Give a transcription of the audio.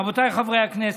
רבותיי חברי הכנסת,